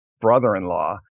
brother-in-law